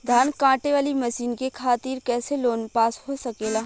धान कांटेवाली मशीन के खातीर कैसे लोन पास हो सकेला?